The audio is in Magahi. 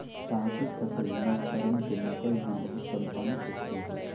साहसी सफल नवकरण के नकल भी बहुत सावधानी से करो हइ